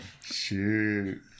Shoot